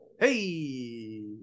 Hey